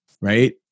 right